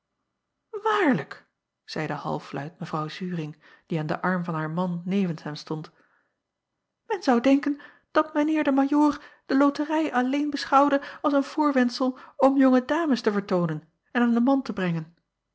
aarlijk zeide halfluid evrouw uring die aan den arm van haar man nevens hem stond men zou denken dat mijn eer de ajoor de oterij alleen beschouwde als een voorwendsel om jonge dames te vertoonen en aan den man te brengen